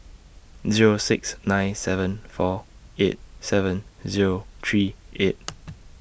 Zero six nine seven four eight seven Zero three eight